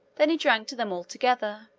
then he drank to them all together.